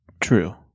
True